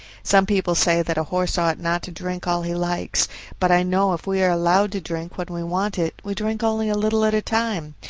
some people say that a horse ought not to drink all he likes but i know if we are allowed to drink when we want it we drink only a little at a time,